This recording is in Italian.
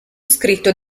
scritto